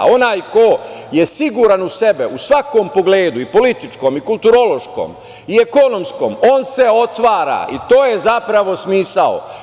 Onaj ko je siguran u sebe u svakom pogledu – političkom, kulturološkom i ekonomskom, on se otvara i to je zapravo smisao.